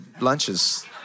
lunches